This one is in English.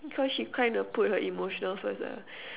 cause she kinda put her emotional first lah